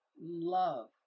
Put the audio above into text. love